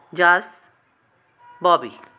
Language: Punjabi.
ਜਸ ਬੋਬੀ